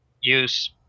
use